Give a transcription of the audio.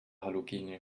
halogene